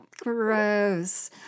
Gross